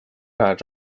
рад